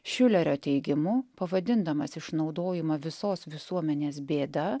šiulerio teigimu pavadindamas išnaudojimą visos visuomenės bėda